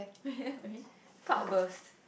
cloud burst